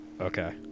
Okay